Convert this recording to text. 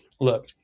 look